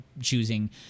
choosing